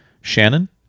Shannon